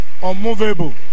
unmovable